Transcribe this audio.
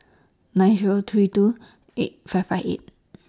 nine Zero three two eight five five eight